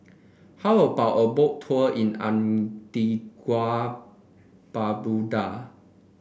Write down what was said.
how about a Boat Tour in Antigua Barbuda